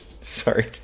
sorry